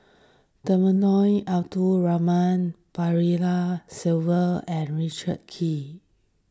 Temenggong Abdul Rahman Balaji and Richard Kee